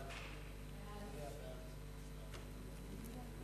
ההצעה להעביר את